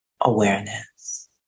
awareness